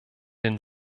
den